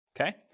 okay